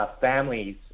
families